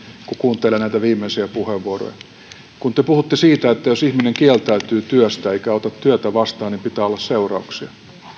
kun kuuntelee näitä viimeisiä puheenvuoroja te puhutte siitä että jos ihminen kieltäytyy työstä eikä ota työtä vastaan niin pitää olla seurauksia